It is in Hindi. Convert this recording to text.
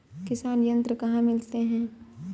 किसान यंत्र कहाँ मिलते हैं?